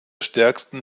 stärksten